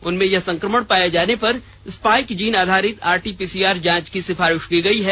उनमें यह संक्रमण पाए जाने पर स्पाइक जीन आधारित आरटी पीसीआर जांच की सिफारिश की गई है